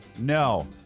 No